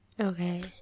Okay